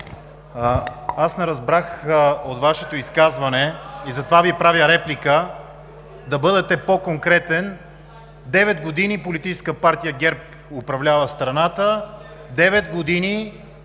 аз не разбрах от Вашето изказване и затова Ви правя реплика, да бъдете по-конкретен. Девет години Политическа партия ГЕРБ управлява страната, девет години